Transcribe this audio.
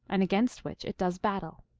and against which it does battle.